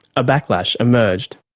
a backlash emerged.